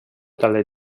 dalle